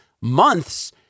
months